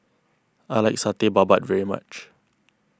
I like Satay Babat very much